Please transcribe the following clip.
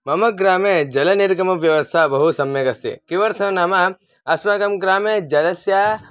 मम ग्रामे जलनिर्गमव्यवस्था बहु सम्यगस्ति किमर्थं नाम अस्माकं ग्रामे जलस्य